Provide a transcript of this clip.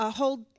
hold